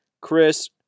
Chris